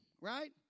right